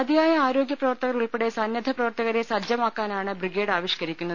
മതിയായ ആരോഗ്യ പ്രവർത്തകർ ഉൾപ്പെടെ സന്നദ്ധ പ്രവർത്തകരെ സജ്ജമാക്കാനാണ് ബ്രിഗേഡ് ആവിഷ്കരിക്കുന്നത്